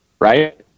Right